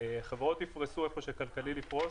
חברות יפרסו איפה שכלכלי לפרוס,